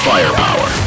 Firepower